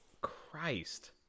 Christ